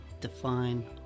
Define